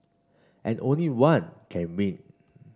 and only one can win